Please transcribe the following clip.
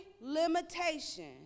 limitation